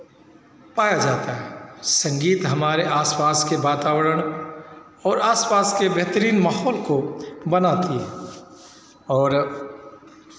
पाया जाता है संगीत हमारे आसपास के वातावरण और आसपास के बेहतरीन माहौल को बनाती है और